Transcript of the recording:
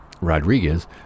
Rodriguez